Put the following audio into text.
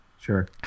Sure